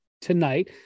tonight